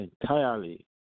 entirely